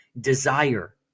desire